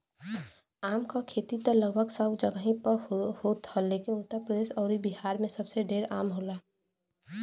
आम क खेती त लगभग सब जगही पे होत ह लेकिन उत्तर प्रदेश अउरी बिहार में सबसे ढेर आम होला